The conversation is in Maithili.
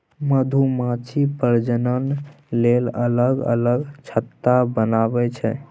मधुमाछी प्रजनन लेल अलग अलग छत्ता बनबै छै